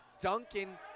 Duncan